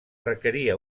requeria